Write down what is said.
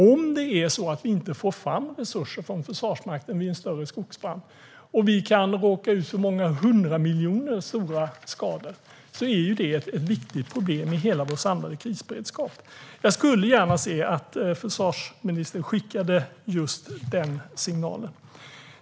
Om vi inte får fram resurser från Försvarsmakten vid en större skogsbrand, då vi kan råka ut för stora skador för många hundra miljoner, är det ett viktigt problem i hela vår samlade krisberedskap. Jag skulle gärna se att försvarsministern skickade just den signalen.